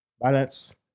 Balance